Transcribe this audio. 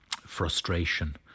frustration